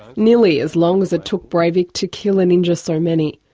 nearly as long as it took breivik to kill and injure so many.